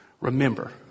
Remember